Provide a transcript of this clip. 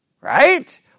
Right